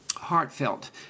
Heartfelt